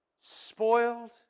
spoiled